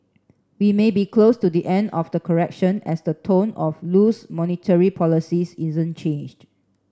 we may be close to the end of the correction as the tone of loose monetary policies isn't changed